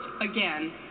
again